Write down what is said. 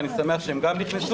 ואני שמח שהם גם נכנסו.